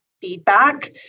feedback